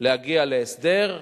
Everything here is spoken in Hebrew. להגיע להסדר.